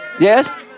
Yes